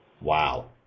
Wow